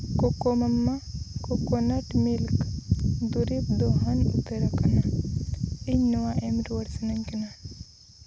ᱠᱳᱠᱳᱢᱟᱨᱟ coconut milk ᱫᱩᱨᱤᱵᱽ ᱫᱚ ᱦᱟᱹᱱ ᱩᱛᱟᱹᱨ ᱟᱠᱟᱱᱟ ᱤᱧ ᱱᱚᱣᱟ ᱮᱢ ᱨᱩᱣᱟᱹᱲ ᱥᱟᱱᱟᱧ ᱠᱟᱱᱟ